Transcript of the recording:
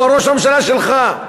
הוא ראש הממשלה שלך.